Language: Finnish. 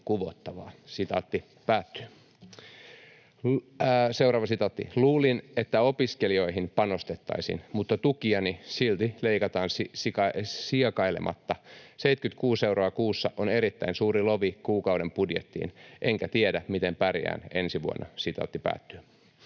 työttömistä, on kuvottavaa.” ”Luulin, että opiskelijoihin panostettaisiin, mutta tukiani silti leikataan siekailematta. 76 euroa kuussa on erittäin suuri lovi kuukauden budjettiin, enkä tiedä, miten pärjään ensi vuonna.” ”En voi jatkaa